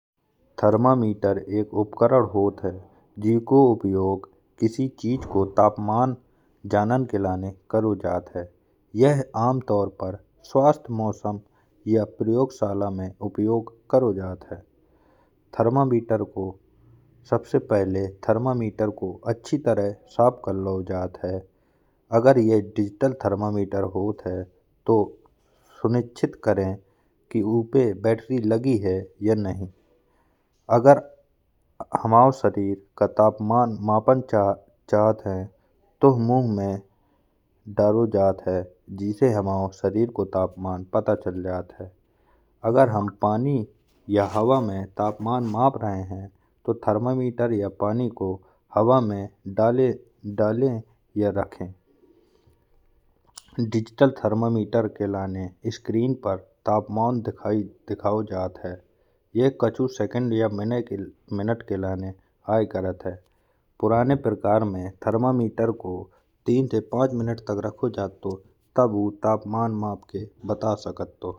थर्मामीटर एक उपकरण होत है जिसका उपयोग किसी चीज को तापमान जानन के लिए करत जात है। यह आमतौर पर स्वास्थ मौसम या प्रयोगशाला में उपयोग करत जात है। सबसे पहिले थर्मामीटर के अच्छी तरह साफ कर लाओ जात है। अगर यह डिजिटल थर्मामीटर होत है तो सुनिश्चित करै कि उसमें बैटरी लगी है या नहीं। अगर हमाओ शरीर को तापमान मापन चाहत है तो मुँह में डालो जात है। जिससे हमाओ शरीर को तापमान पता चल जात है। अगर हम पानी या हवा में तापमान माप रह हैं तो थर्मामीटर या पानी को हवा में डालै या रखै। डिजिटल मीटर के लिए स्क्रीन पर तापमान के दिखायो जात है। यह कुछ सेकंड या मिनट के लिए आय करत है। पुराने प्रकार में थर्मामीटर को तीन से पांच मिनट तक रखो जात ताकि तब उ तापमान माप के बता सकत है।